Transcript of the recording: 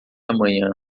amanhã